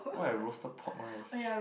why have roasted pork rice